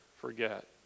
forget